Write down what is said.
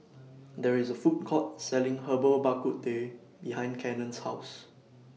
There IS A Food Court Selling Herbal Bak Ku Teh behind Cannon's House